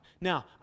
Now